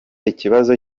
ikibazo